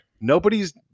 Nobody's